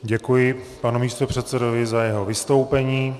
Děkuji panu místopředsedovi za jeho vystoupení.